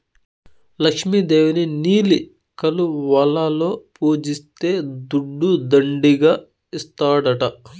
లక్ష్మి దేవిని నీలి కలువలలో పూజిస్తే దుడ్డు దండిగా ఇస్తాడట